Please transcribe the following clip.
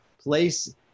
place